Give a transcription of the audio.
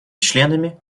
членами